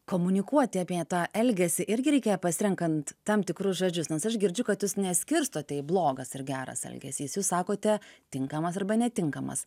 komunikuoti apie tą elgesį irgi reikia pasirenkant tam tikrus žodžius nes aš girdžiu kad jūs neskirstote į blogas ar geras elgesys jūs sakote tinkamas arba netinkamas